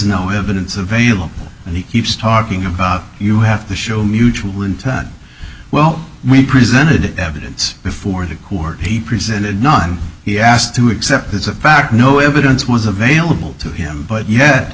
no evidence available and he keeps talking about you have to show mutual well we presented evidence before the court he presented none he asked to accept as a fact no evidence was available to him but